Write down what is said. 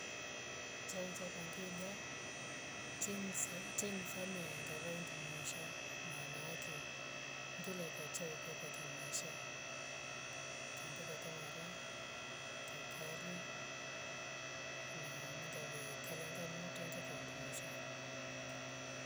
Chao chakwa ngelya ching se ching fanya ngavomndusha maana ngile kachao kakwa ngesha kamboka kamara. kaukari na ninga vyee kalenganuta ngeukaundungusha